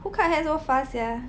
who cut hair so fast sia